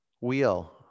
Wheel